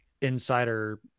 insider